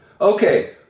Okay